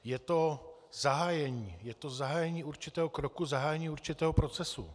Je to zahájení, zahájení určitého kroku, zahájení určitého procesu.